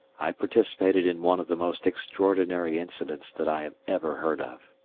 i participated in one of the most extraordinary incidents that i have ever heard of.